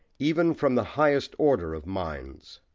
even from the highest order of minds.